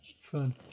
fun